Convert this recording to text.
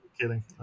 kidding